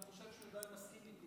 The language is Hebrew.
אני גם חושב שהוא די מסכים איתי,